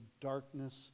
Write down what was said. darkness